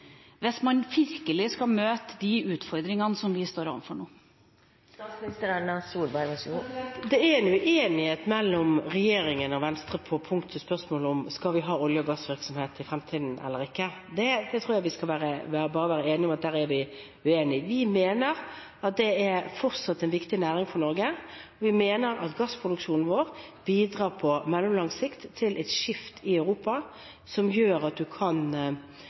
hvis man virkelig skal møte de utfordringene som vi står overfor nå. Det er en uenighet mellom regjeringen og Venstre i spørsmålet om vi skal ha olje- og gassvirksomhet eller ikke i fremtiden. Det tror jeg vi bare skal være enige om at der er vi uenige. Vi mener at det fortsatt er en viktig næring for Norge. Vi mener at gassproduksjonen vår bidrar på mellomlang sikt til et skifte i Europa som gjør at man kan